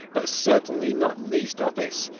but certainly not least office,